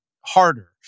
harder